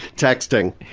texting!